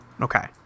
Okay